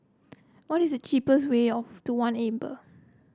what is cheapest way of to One Amber